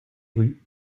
rues